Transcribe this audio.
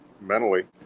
mentally